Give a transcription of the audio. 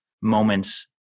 moments